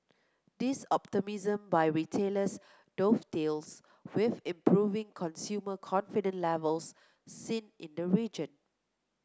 this optimism by retailers dovetails with improving consumer confidence levels seen in the region